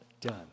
done